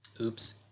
Oops